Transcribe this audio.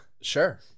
Sure